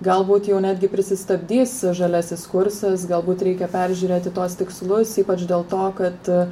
galbūt jau netgi prisistabdys žaliasis kursas galbūt reikia peržiūrėti tuos tikslus ypač dėl to kad